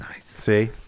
see